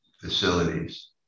facilities